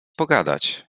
pogadać